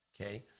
Okay